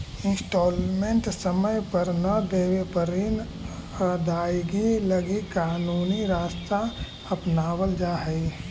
instalment समय पर न देवे पर ऋण अदायगी लगी कानूनी रास्ता अपनावल जा हई